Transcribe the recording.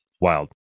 wild